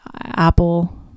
Apple